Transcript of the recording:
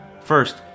First